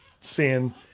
seeing